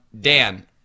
dan